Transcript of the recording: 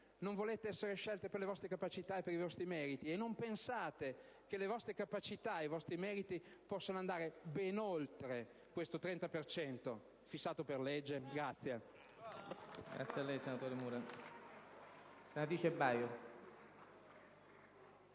non volete essere scelte per le vostre capacità e per i vostri meriti? E non pensate che le vostre capacità e i vostri meriti possano andare ben oltre questo 30 per cento fissato per legge?